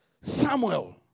Samuel